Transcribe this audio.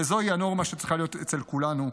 וזוהי הנורמה שצריכה להיות אצל כולנו.